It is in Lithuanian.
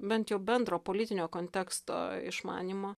bent jau bendro politinio konteksto išmanymo